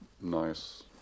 nice